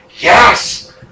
Yes